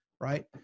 Right